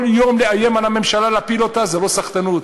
כל יום לאיים על הממשלה להפיל אותה זה לא סחטנות,